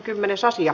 asia